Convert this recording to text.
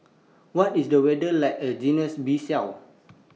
What IS The weather like A Guinea's Bissau